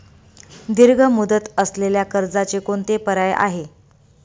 दीर्घ मुदत असलेल्या कर्जाचे कोणते पर्याय आहे?